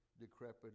decrepit